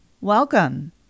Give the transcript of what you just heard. Welcome